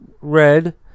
Red